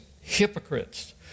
hypocrites